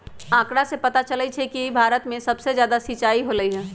आंकड़ा से पता चलई छई कि भारत में सबसे जादा सिंचाई होलई ह